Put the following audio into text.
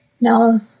No